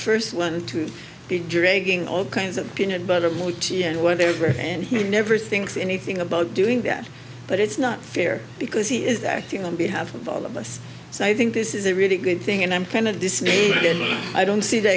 first one to be dragging all kinds of peanut butter more tea and what they read and he never thinks anything about doing that but it's not fair because he is acting on behalf of all of us so i think this is a really good thing and i'm kind of this nagin i don't see the